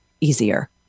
easier